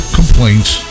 complaints